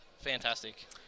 fantastic